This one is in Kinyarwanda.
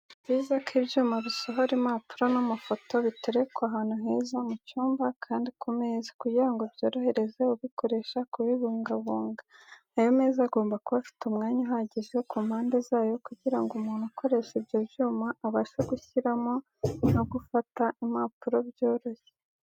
Ni byiza ko ibyuma bisohora impapuro n'amafoto biterekwa ahantu heza mu cyumba kandi ku meza, kugira ngo byorohereze ubikoresha kubibungabunga. Ayo meza agomba kuba afite umwanya uhagije ku mpande zayo kugira ngo umuntu ukoresha ibyo byuma abashe gushyiramo no gufata impapuro byoroshye.